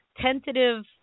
tentative